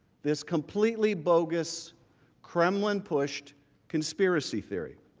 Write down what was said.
this completely bogus kremlin pushed conspiracy theory.